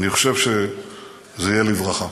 ואני חושב שזה יהיה לברכה.